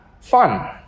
fun